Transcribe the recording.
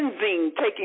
taking